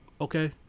okay